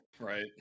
Right